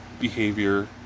behavior